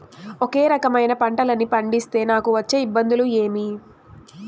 ఒకే రకమైన పంటలని పండిస్తే నాకు వచ్చే ఇబ్బందులు ఏమి?